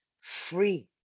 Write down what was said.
free